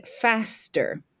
faster